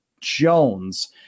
Jones –